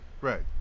Right